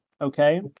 Okay